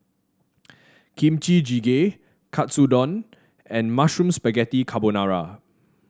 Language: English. Kimchi Jjigae Katsudon and Mushroom Spaghetti Carbonara